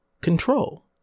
Control